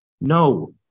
no